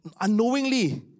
unknowingly